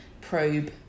probe